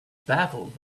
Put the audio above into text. baffled